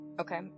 Okay